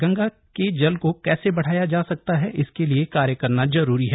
गंगा के जल को कैसे बढ़ाया जा सकता है इसके लिए कार्य करना जरूरी है